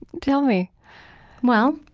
tell me well,